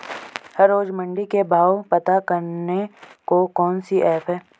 हर रोज़ मंडी के भाव पता करने को कौन सी ऐप है?